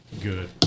Good